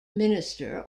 minister